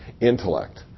intellect